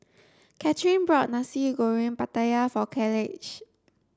Cathrine bought nasi goreng pattaya for Kaleigh